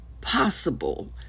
possible